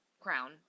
Crown